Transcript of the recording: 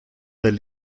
del